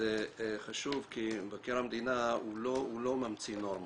חשוב כי מבקר המדינה הוא לא ממציא נורמות,